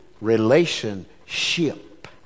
relationship